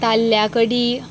ताल्ल्या कडी